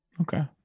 okay